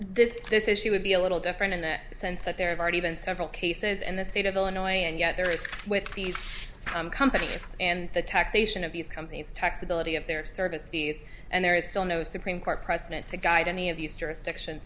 issue would be a little different in that sense that there have already been several cases in the state of illinois and yet there is with these companies and the taxation of these companies taxability of their service fees and there is still no supreme court precedent to guide any of these jurisdiction